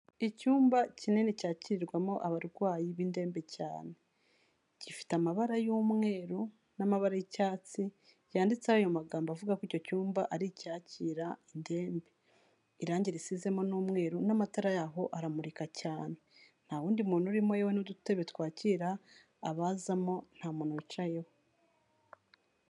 Icyumba kinini cyakirirwamo abarwayi b'indembe cyane, gifite amabara y'umweru n'amabara y'icyatsi byanditseho ayo magambo avuga ko icyo cyumba ari icyakira indembe. Irange risizemo n'umweruru n'amatara yaho aramurika cyane, nta wundi muntu urimo yewe n'udutebe twakira abazamo nta muntu wicayeho.